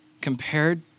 Compared